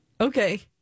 Okay